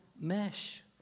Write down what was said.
mesh